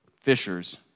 fishers